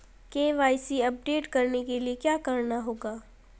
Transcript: KYC update करने के लिए क्या करना होगा?